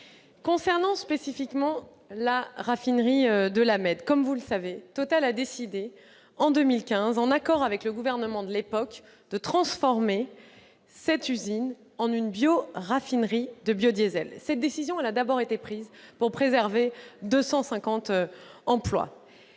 S'agissant de la raffinerie de La Mède, comme vous le savez, Total a décidé en 2015, en accord avec le gouvernement de l'époque, de transformer cette usine en une bioraffinerie de biodiesel. Cette décision a d'abord été prise pour préserver 250 emplois.